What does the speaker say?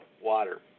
water